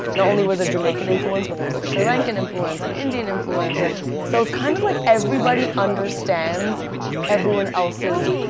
not only was there jamaican influence, but there was like sri lankan influence, and indian influence, and so it's kind of like everybody understands everyone else's